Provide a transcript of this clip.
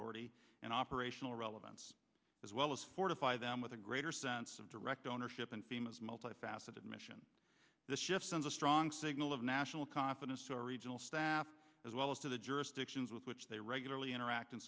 authority and operational relevance as well as fortify them with a greater sense of direct ownership and bemis multi faceted mission this just sends a strong signal of national confidence to our regional staff as well as to the jurisdictions with which they regularly interact